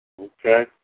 Okay